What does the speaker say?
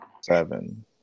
seven